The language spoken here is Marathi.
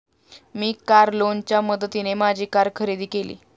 मी कार लोनच्या मदतीने माझी कार खरेदी केली